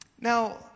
Now